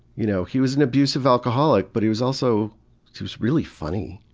you know he was an abusive alcoholic, but he was also just really funny.